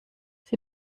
sie